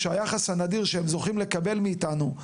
שהיחס הנדיר שהם זוכים לקבל איתנו,